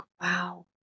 wow